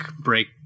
break